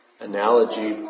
analogy